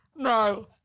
No